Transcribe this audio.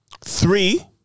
Three